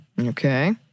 Okay